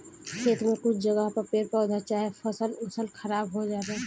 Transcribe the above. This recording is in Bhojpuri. खेत में कुछ जगह पर पेड़ पौधा चाहे फसल ओसल खराब हो जाला